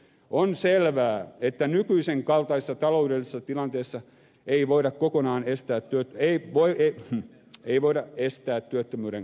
on selvää että nykyisen kaltaisessa taloudellisessa tilanteessa ei voida kokonaan estää ei vuori ei voida estää työttömyyden kasvua